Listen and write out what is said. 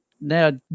Now